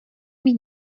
mít